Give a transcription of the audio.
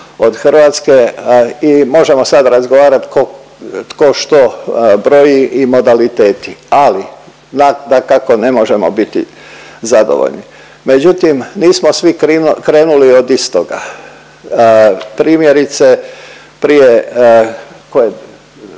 od Hrvatske i možemo sad razgovarati tko što broji i modaliteti, ali dakako, ne možemo biti zadovoljni. Međutim, nismo svi krenuli od istoga. Primjerice, prije